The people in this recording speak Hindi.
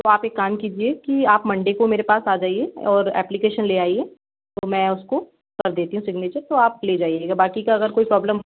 तो आप एक काम कीजिए कि आप मंडे को मेरे पास आ जाइए और ऐप्लीकेशन ले आइए तो मैं उसको कर देती हूँ सिग्नेचर तो आप ले जाइएगा बाक़ी का कोई अगर प्रॉब्लम